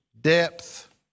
depth